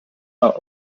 are